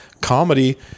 Comedy